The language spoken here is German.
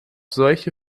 solche